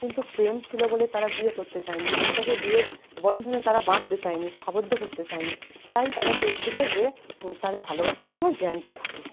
কিন্তু প্রেম ছিলো বলে তারা বিয়ে করতে চায় নি প্রেমটাকে বিয়ের বন্ধনে তারা বাঁদতে চায় নি আবদ্ধ করতে চায় নি তাই তারা চেয়েছিলো যে তাদের ভালোবাসাটা যেন জ্যান্ত থাকে